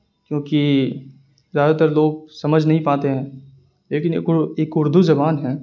کیوںکہ زیادہ تر لوگ سمجھ نہیں پاتے ہیں لیکن ایک ایک اردو زبان ہے